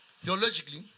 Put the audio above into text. theologically